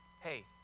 hey